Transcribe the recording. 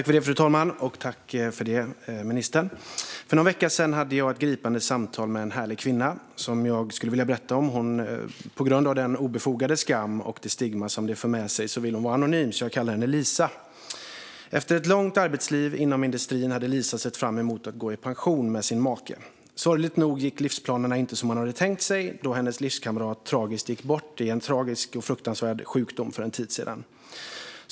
Fru talman! Tack för det, ministern! För någon vecka sedan hade jag ett gripande samtal med en härlig kvinna som jag skulle vilja berätta om. På grund av den obefogade skam och det stigma som det för med sig vill hon vara anonym, så jag kallar henne Lisa. Efter ett långt arbetsliv inom industrin hade Lisa sett fram emot att gå i pension med sin make. Sorgligt nog gick inte livsplanerna som hon hade tänkt sig då hennes livskamrat tragiskt gick bort i en tragisk och fruktansvärd sjukdom för en tid sedan.